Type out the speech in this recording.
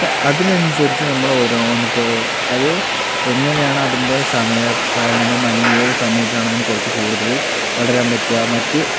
അപ്പോൾ അതിനനുസരിച്ച് നമ്മൾ ഓരോന്ന് ഇപ്പോൾ അത് എങ്ങനെയാണ് അതിൻ്റെ സമയപാലനം അല്ലെങ്കിൽ ഏത് സമയത്താണ് അതിനെ കുറച്ചു കൂടുതൽ വളരാൻ പറ്റിയ മറ്റ്